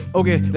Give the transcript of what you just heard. okay